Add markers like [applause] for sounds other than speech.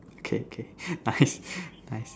okay okay [noise] nice nice